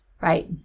Right